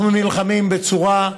אנחנו נלחמים בצורה,